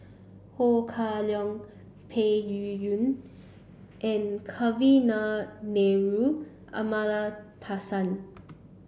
Ho Kah Leong Peng Yuyun and Kavignareru Amallathasan